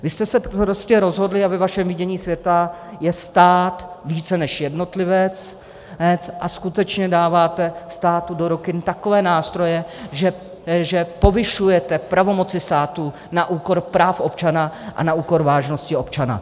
Vy jste se prostě rozhodli a ve vašem vidění světa je stát více než jednotlivec a skutečně dáváte státu do ruky takové nástroje, že povyšujete pravomoci státu na úkor práv občana a na úkor vážnosti občana.